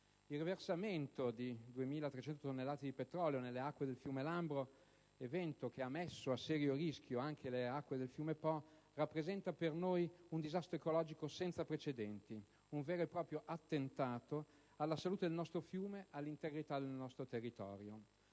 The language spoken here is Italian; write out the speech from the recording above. Il riversamento di 2.300 tonnellate di petrolio nelle acque del fiume Lambro, evento che ha messo a serio rischio anche le acque del fiume Po, rappresenta per noi un disastro ecologico senza precedenti, un vero e proprio attentato alla salute del nostro fiume, all'integrità del nostro territorio.